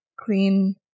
clean